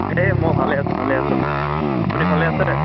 সেই মই ভালে আছো ভালে আছো আপুনি ভালে আছে